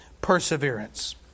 perseverance